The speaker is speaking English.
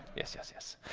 yes, yes, yes.